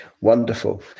Wonderful